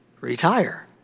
retire